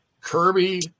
Kirby